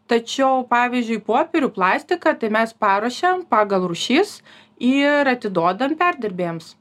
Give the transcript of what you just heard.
tačiau pavyzdžiui popierių plastiką tai mes paruošiam pagal rūšis ir atiduodam perdirbėjams